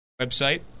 website